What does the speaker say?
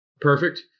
Perfect